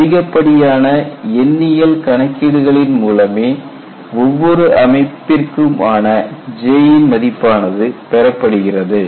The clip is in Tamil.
அதிகப்படியான எண்ணியல் கணக்கீடுகளின் மூலமே ஒவ்வொரு அமைப்பிற்கும் ஆன J யின் மதிப்பானது பெறப்படுகிறது